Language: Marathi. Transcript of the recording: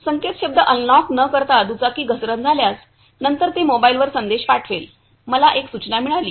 संकेतशब्द अनलॉक न करता दुचाकी घसरण झाल्यास नंतर ते मोबाइलवर संदेश पाठवेल मला एक सूचना मिळाली